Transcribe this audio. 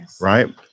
Right